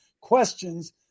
questions